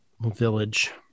village